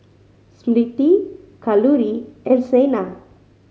Smriti Kalluri and Saina